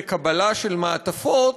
בקבלה של מעטפות,